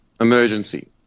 emergency